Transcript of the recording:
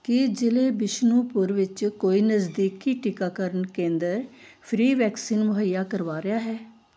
ਕੀ ਜ਼ਿਲ੍ਹੇ ਬਿਸ਼ਨੂਪੁਰ ਵਿੱਚ ਕੋਈ ਨਜ਼ਦੀਕੀ ਟੀਕਾਕਰਨ ਕੇਂਦਰ ਫ੍ਰੀ ਵੈਕਸੀਨ ਮੁਹੱਈਆ ਕਰਵਾ ਰਿਹਾ ਹੈ